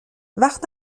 وقت